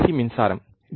C மின்சாரம் D